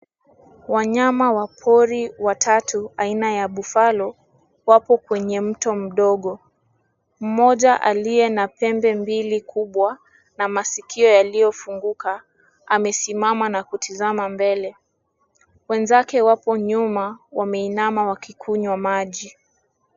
Wanyama wa pori watatu aina ya buffalo wapo kwenye mto mdogo. Mmoja aliye na pembe mbili kubwa na masikio yaliyofunguka amesimama na kutazama mbele, wenzake wapo nyuma wameinama wakikunywa maji.